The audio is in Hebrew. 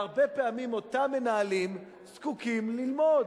והרבה פעמים אותם מנהלים זקוקים ללימודים,